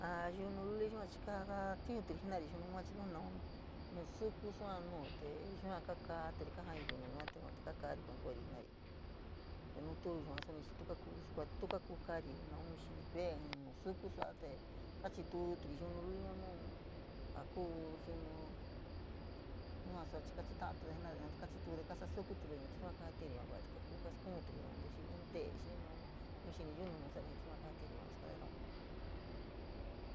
A yuni luli yua chii kaja tiunturi jenari chii yunu yua chii naun nu suku sua nu te yua kakaturi kaa jañuri nu yuate kakari kuankoyori jenari te nu tuu yua suni tu kakuu skari, tu kukakuu kaari in xini ve’e ín nu suku suate kachituturi yunu luliu nu ja kuu yunu yua chii su kachuta’a tude jenade, chitude ka saa sukue’e yua kajatiuri chii ka ku kaskuturi nu ntiyiun, te’e xii naun, te xini yunu nau sari nau sari jii te yua kaa kari nu escateraun.